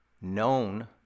known